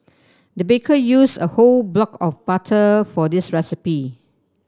the baker used a whole block of butter for this recipe